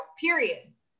periods